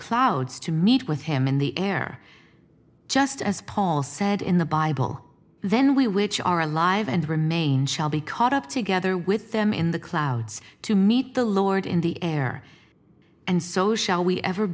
clouds to meet with him in the air just as paul said in the bible then we which are alive and remain shall be caught up together with them in the clouds to meet the lord in the air and so shall we ever